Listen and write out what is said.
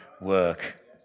work